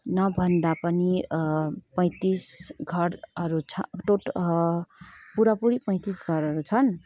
नभन्दा पनि पैँतिस घरहरू छ टोट पुरापुरी पैँतिस घरहरू छन्